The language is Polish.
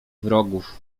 wrogów